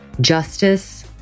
justice